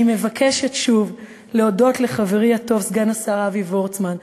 אני מבקשת שוב להודות לחברי הטוב סגן השר אבי וורצמן,